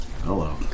hello